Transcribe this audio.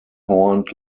horned